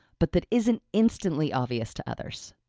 but that isn't instantly obvious to others.